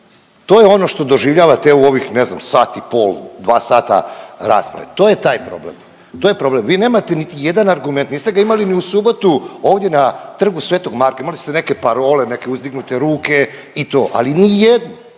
To je ono što doživljavate u ovih ne znam, sat i pol, dva sata rasprave. To je taj problem, to je problem. Vi nemate niti jedan argument. Niste ga imali ni u subotu ovdje na Trgu svetog Marka, imali ste neke parole, neke uzdignute ruke i to ali ni jednu